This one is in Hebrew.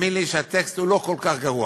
תאמין לי שהטקסט הוא לא כל כך גרוע.